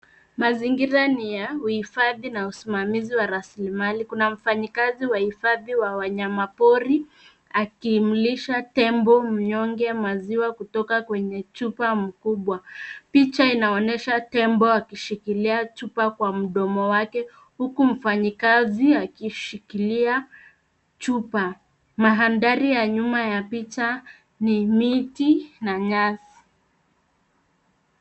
Mazingira ni ya uhifadhi na usimamizi wa rasilimali. Kuna mfanyikazi wa hifadhi wa wanyama pori akimlisha tembo mnyonge maziwa kutoka kwenye chupa mkubwa. Picha inaonyesha tembo akishikilia chupa kwa mdomo wake huku mfanyikazi akishikilia chupa. Mandhari ya nyuma ya picha ni miti na nyasi.